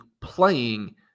playing